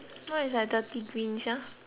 瞑想